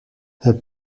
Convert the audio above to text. het